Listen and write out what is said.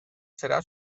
será